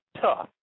tough